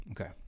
Okay